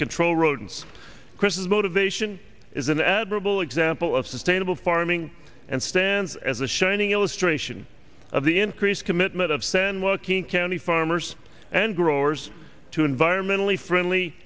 control rodents chris's motivation is an admirable example of sustainable farming and stands as a shining illustration of the increased commitment of san joaquin county farmers and growers to environmentally friendly